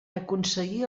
aconseguir